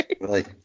Right